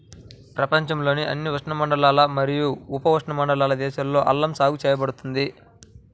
ప్రపంచంలోని అన్ని ఉష్ణమండల మరియు ఉపఉష్ణమండల దేశాలలో అల్లం సాగు చేయబడుతుంది